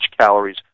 calories